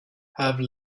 have